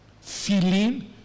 feeling